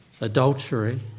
adultery